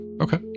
Okay